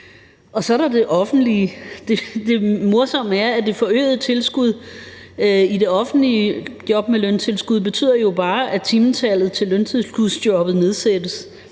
Det morsomme er, at det forøgede tilskud i de offentlige job med løntilskud bare betyder, at timetallet til løntilskudsjobbet nedsættes